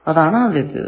അതാണ് ആദ്യത്തേത്